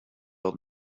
old